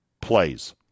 plays